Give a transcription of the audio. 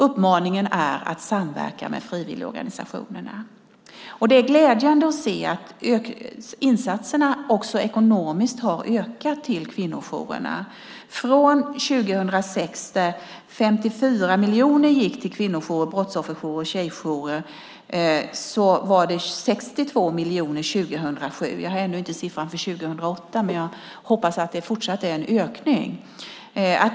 Uppmaningen är att samverka med frivilligorganisationerna. Det är glädjande att se att insatserna också ekonomiskt har ökat till kvinnojourerna från 54 miljoner år 2006 till brottsofferjourer, kvinnojourer och tjejjourer till 62 miljoner 2007. Jag har ännu inte siffran för 2008, men jag hoppas att det fortsatt varit en ökning.